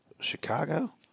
Chicago